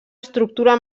estructura